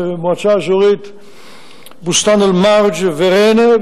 במועצה אזורית בוסתן-אל-מארג' ובריינה,